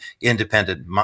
independent